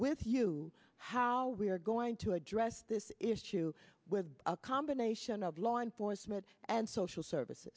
with you how we are going to address this issue with a combination of law enforcement and social services